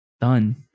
Done